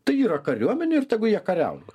tai yra kariuomenė ir tegu jie kariauja